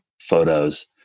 photos